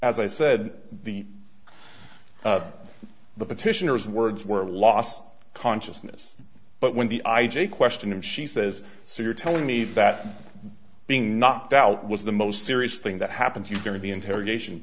as i said the the petitioners words were lost consciousness but when the i g question and she says so you're telling me that being knocked out was the most serious thing that happened you're going to the interrogation